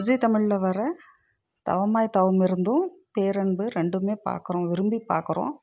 ஜீ தமிழில் வர தவமாய் தவமிருந்தும் பேரன்பு ரெண்டுமே பார்க்குறோம் விரும்பி பார்க்குறோம்